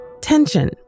Tension